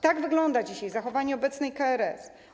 Tak wygląda dzisiaj zachowanie obecnej KRS.